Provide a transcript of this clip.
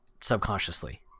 subconsciously